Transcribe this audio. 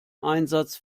einsatz